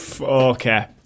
Okay